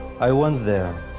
i went there.